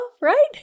right